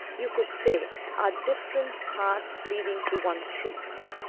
you could say are different parts leading to one truth.